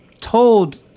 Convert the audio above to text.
told